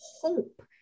hope